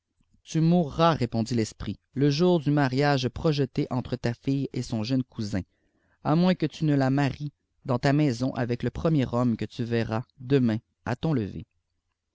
tu mourras répondit l'esprit le jour du mariage projeté entre ta fille et son jeune cousin à mcfius que tu ne la maries dans ta maison ayec le premier homme qu tu verras demain à ton lever